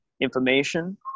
information